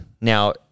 Now